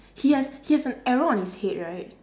he has he has an arrow on his head right